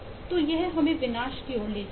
तो यह विनाश की ओर ले कर जा रहा है